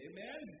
Amen